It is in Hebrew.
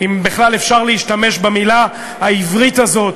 אם בכלל אפשר להשתמש במילה העברית הזאת